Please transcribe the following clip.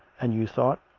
and you thought?